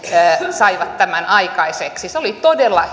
saivat tämän aikaiseksi se oli todella